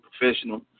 professional